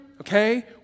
okay